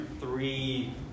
three